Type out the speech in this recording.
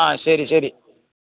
ആ ശരി ശരി